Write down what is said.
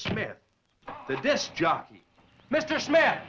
smith the disc jockey mr smith